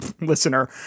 listener